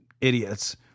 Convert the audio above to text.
idiots